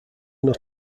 not